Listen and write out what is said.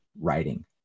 writing